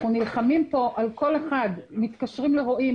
אנחנו נלחמים פה על כל אחד, מתקשרים לרואי.